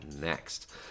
next